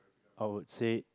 I would say